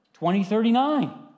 2039